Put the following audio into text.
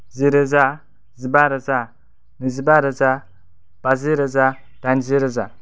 जिरोजा जिबा रोजा नैजिबा रोजा बाजि रोजा दाइनजि रोजा